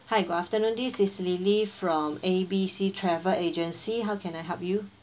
hi good afternoon this is lily from A B C travel agency how can I help you